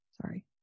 Sorry